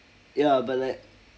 ya but like